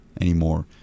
anymore